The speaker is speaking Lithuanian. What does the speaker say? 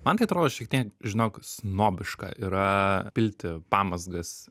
man tai atrodo šiek tiek žinok snobiška yra pilti pamazgas